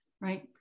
right